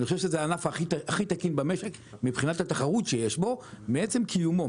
אני חושב שזה הענף הכי תקין במשק מבחינת התחרות שיש בו מעצם קיומו,